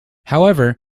however